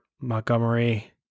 Montgomery